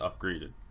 upgraded